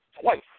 twice